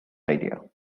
idea